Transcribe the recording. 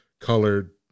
colored